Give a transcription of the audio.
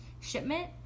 shipment